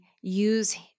use